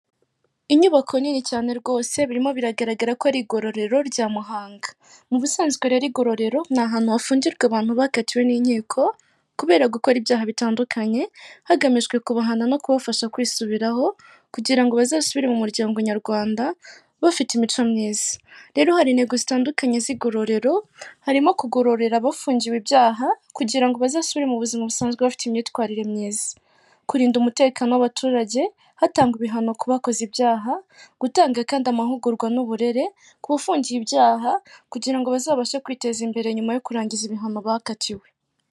Inyubako nini cyane rwose birimo biragaragara ko ari igororero rya Muhanga. Mu busanzwe rero ingororero ni ahantu hafungirwa abantu bakatiwe n'inkiko, kubera gukora ibyaha bitandukanye, hagamijwe kubahana no kubafasha kwisubiraho, kugira ngo bazasubire mu muryango Nyarwanda, bafite imico myiza. Rero hari intego zitandukanye z'igororero, harimo kugororera abafungiwe ibyaha, kugira ngo bazasubire mu buzima busanzwe bafite imyitwarire myiza. Kurinda umutekano w'abaturage, hatangwa ibihano ku bakoze ibyaha, gutanga kandi amahugurwa n'uburere, ku bafungiye ibyaha kugira ngo bazabashe kwiteza imbere nyuma yo kurangiza ibihano bakatiwe.